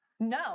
No